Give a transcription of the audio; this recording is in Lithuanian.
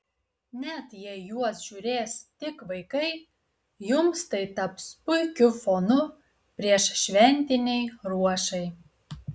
net jei juos žiūrės tik vaikai jums tai taps puikiu fonu prieššventinei ruošai